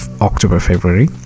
October-February